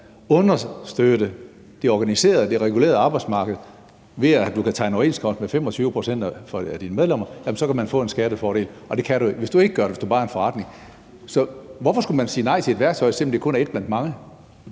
understøtte det organiserede og det regulerede arbejdsmarked, ved at du kan tegne overenskomst med 25 pct. af dine medlemmer, så kan du få en skattefordel, og det kan du ikke, hvis du ikke gør det, altså hvis du bare er en forretning. Hvorfor skulle man sige nej til et værktøj, selv om det kun er ét blandt mange?